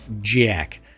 jack